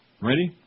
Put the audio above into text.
Ready